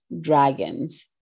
dragons